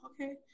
okay